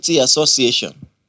Association